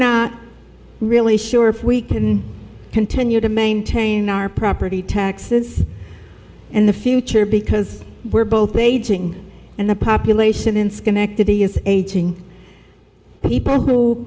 not really sure if we can continue to maintain our property taxes and the future because we're both aging and the population in schenectady is aging people who